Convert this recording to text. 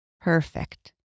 perfect